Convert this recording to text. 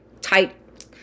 tight